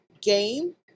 game